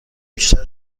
بیشتر